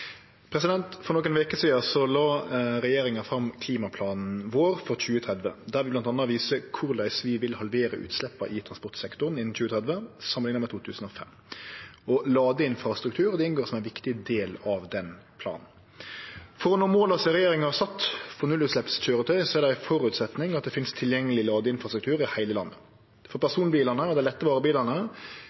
valg?» For nokre veker sidan la regjeringa fram klimaplanen vår for 2030, der vi bl.a. viser korleis vi vil halvere utsleppa i transportsektoren innan 2030 samanlikna med 2005. Ladeinfrastruktur inngår som ein viktig del av den planen. For å nå måla som regjeringa har sett for nullutsleppskøyretøy, er det ein føresetnad at det finst tilgjengeleg ladeinfrastruktur i heile landet. For personbilane og dei lette varebilane er det